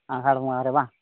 ᱟᱸᱜᱷᱟᱲ ᱵᱚᱸᱜᱟ ᱨᱮ ᱵᱟᱝ